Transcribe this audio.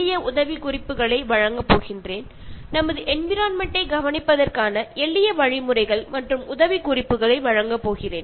എങ്ങനെ നമുക്ക് ചെറിയ ചില കാര്യങ്ങൾ ചെയ്തു കൊണ്ട് നമ്മുടെ പ്രകൃതിയെ സംരക്ഷിക്കാൻ കഴിയും എന്നും പറഞ്ഞു തന്നു